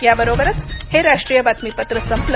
या बरोबरच हे राष्ट्रीय बातमीपत्र संपलं